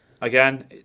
again